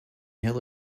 hill